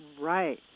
Right